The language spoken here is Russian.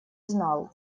знал